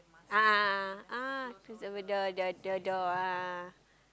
a'ah a'ah ah he's over the the the door a'ah